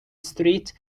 street